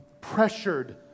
pressured